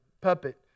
puppet